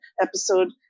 episode